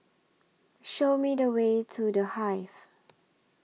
Show Me The Way to The Hive